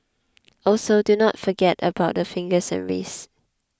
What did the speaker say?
also do not forget about the fingers and wrists